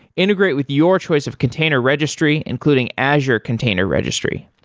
integrate with your choice of container registry, including azure container registry.